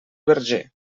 verger